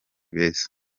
beza